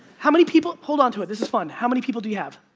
how many people? hold on to it, this is fun. how many people do you have?